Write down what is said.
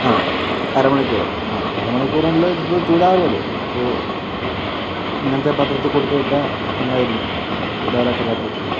ആ അര മണിക്കൂറല്ലേ ആ അര മണിക്കൂറിനുള്ളിൽ ചിലപ്പോൾ ചൂടാറുമല്ലോ അപ്പോൾ അങ്ങനത്തെ പാത്രത്തിൽ കൊടുത്തു വിട്ടാൽ നന്നായിരുന്നു ചൂടാറാത്ത പാത്രത്തിൽ